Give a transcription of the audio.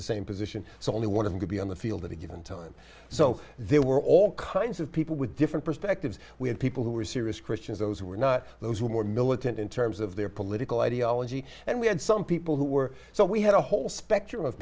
the same position so only one of them could be on the field at a given time so they were all kinds of people with different perspectives we had people who were serious christians those who were not those who are more militant in terms of their political ideology and we had some people who were so we had a whole spectrum of